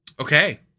Okay